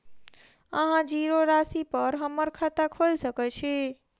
अहाँ जीरो राशि पर हम्मर खाता खोइल सकै छी?